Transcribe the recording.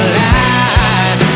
light